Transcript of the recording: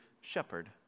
shepherd